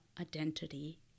identity